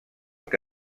que